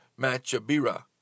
Machabira